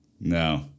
No